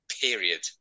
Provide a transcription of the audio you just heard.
Period